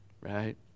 right